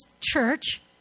church